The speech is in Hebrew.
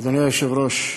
אדוני היושב-ראש,